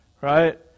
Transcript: Right